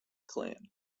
clan